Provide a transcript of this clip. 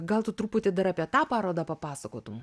gal tu truputį dar apie tą parodą papasakotum